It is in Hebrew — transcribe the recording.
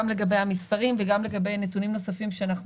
גם לגבי המספרים וגם לגבי נתונים נוספים שאנחנו